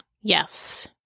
Yes